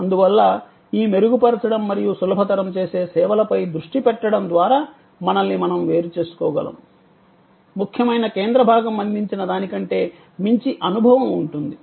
అందువల్ల ఈ మెరుగుపరచడం మరియు సులభతరం చేసే సేవలపై దృష్టి పెట్టడం ద్వారా మనల్ని మనం వేరుచేసుకోగలము ముఖ్యమైన కేంద్ర భాగం అందించినదానికంటే మించి అనుభవం ఉంటుంది